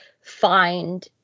find